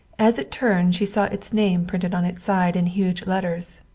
as it turned she saw its name printed on its side in huge letters,